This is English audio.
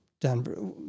Denver